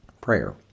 Prayer